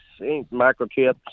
microchips